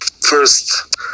first